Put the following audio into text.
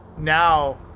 Now